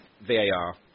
VAR